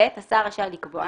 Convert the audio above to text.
(ב) השר רשאי לקבוע,